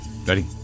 Ready